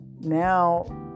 now